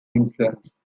influence